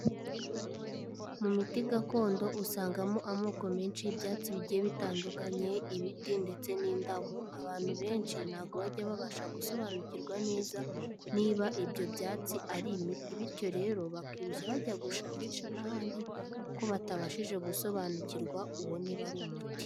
Mu miti gakondo usangamo amoko menshi y'ibyatsi bigiye bitandukanye ibiti ndetse n'indabo, abantu benshi ntago bajya babasha gusobanukirwa neza niba ibyo byatsi ari imiti bityo rero bakirusha bajya gushakisha n'ahandi kuko batabashije gusobanukirwa uwo niba ari umuti.